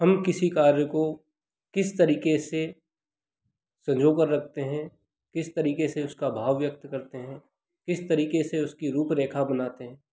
हम किसी कार्य को किस तरीक़े से संजोकर रखते हैं किस तरीक़े से उसका भाव व्यक्त करते हैं किस तरीक़े से उसकी रूप रेखा बनाते हैं